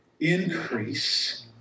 increase